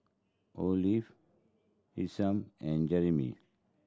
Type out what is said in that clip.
Olaf Isham and Jerimy